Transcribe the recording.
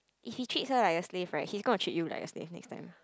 if he treats her like a slave right he's gonna treat you like a slave next time